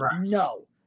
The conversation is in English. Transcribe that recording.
no